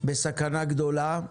בסכנה גדולה.